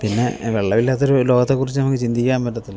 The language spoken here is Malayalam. പിന്നെ വെള്ളമില്ലാത്ത ഒരു ലോകത്തെ കുറിച്ചു നമുക്ക് ചിന്തിക്കാൻ പറ്റത്തില്ല